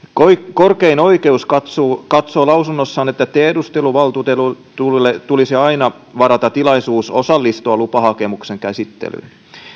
korkein oikeus katsoo katsoo lausunnossaan että tiedusteluvaltuutetulle tulisi aina varata tilaisuus osallistua lupahakemuksen käsittelyyn